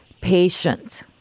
patient